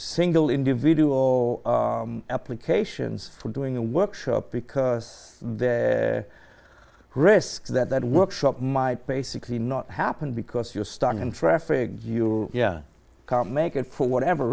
single individual applications for doing a workshop because there are risks that workshop my basically not happen because you're stuck in traffic you can't make it for whatever